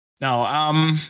Now